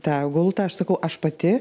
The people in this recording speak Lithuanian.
tą gultą aš sakau aš pati